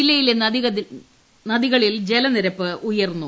ജില്ലയിലെ നദികളിൽ ജലനിരപ്പ് ഉയർന്നു